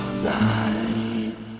side